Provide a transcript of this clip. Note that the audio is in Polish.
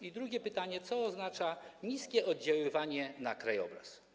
I drugie pytanie: Co oznacza niskie oddziaływanie na krajobraz?